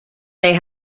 they